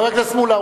חבר הכנסת מולה,